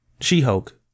She-Hulk